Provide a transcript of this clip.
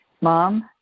Mom